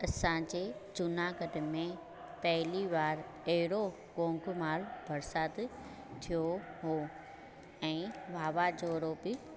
असांजे जूनागढ़ में पहिली वार अहिड़ो भौकमार बरसाति थियो हुओ ऐं वावाजोड़ो बि